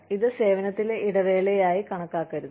ഇത് സേവനത്തിലെ ഇടവേളയായി കണക്കാക്കരുത്